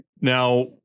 Now